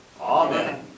Amen